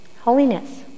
holiness